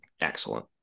excellent